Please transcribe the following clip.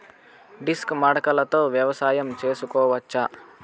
Disc మడకలతో వ్యవసాయం చేసుకోవచ్చా??